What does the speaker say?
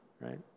right